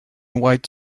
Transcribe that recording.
white